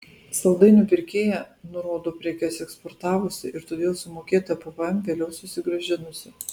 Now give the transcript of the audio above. saldainių pirkėja nurodo prekes eksportavusi ir todėl sumokėtą pvm vėliau susigrąžinusi